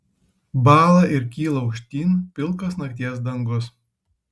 bąla ir kyla aukštyn pilkas nakties dangus